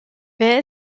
wer